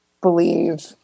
believe